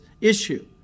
issue